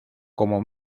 como